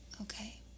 Okay